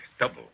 double